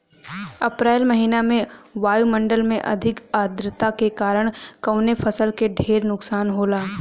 अप्रैल महिना में वायु मंडल में अधिक आद्रता के कारण कवने फसल क ढेर नुकसान होला?